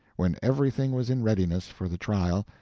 when everything was in readiness for the trial,